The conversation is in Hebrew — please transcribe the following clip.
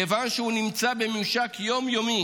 כיוון שהוא נמצא בממשק יום-יומי